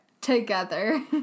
together